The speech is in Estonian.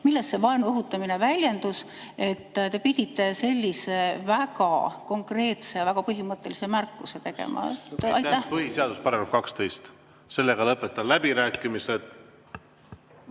Milles see vaenu õhutamine väljendus, et te pidite sellise väga konkreetse ja väga põhimõttelise märkuse tegema? Põhiseaduse § 12. Sellega lõpetan läbirääkimised.